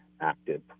active